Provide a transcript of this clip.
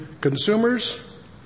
consumers